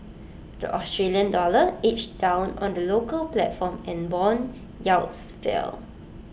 the Australian dollar edged down on the local platform and Bond yields fell